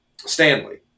Stanley